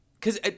cause